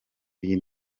iyi